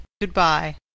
good-bye